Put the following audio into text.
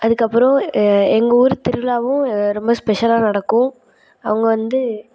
அதுக்கு அப்புறோம் எங்கள் ஊர் திருவிழாவும் ரொம்ப ஸ்பெஷலாக நடக்கும் அவங்க வந்து